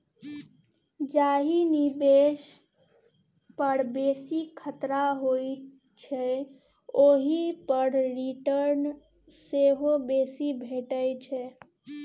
जाहि निबेश पर बेसी खतरा होइ छै ओहि पर रिटर्न सेहो बेसी भेटै छै